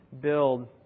build